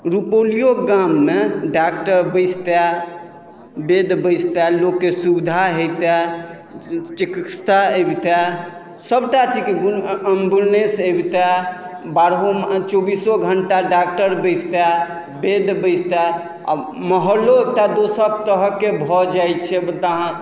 रुपोलियो गाममे डॉक्टर बैसतए वैद्य बैसतए लोकके सुविधा होइतै चिकित्सा अबितै सभटा चीजके गुण एम्बुलेन्स अबितै बारहो मा चौबीसो घण्टा डॉक्टर बैसितए वैद्य बैसितए आ माहौलो एकटा दोसर तरहके भऽ जाइ छै मतलब अहाँ